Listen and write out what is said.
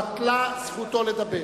בטלה זכותו לדבר.